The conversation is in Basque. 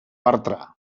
bartra